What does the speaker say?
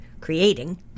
creating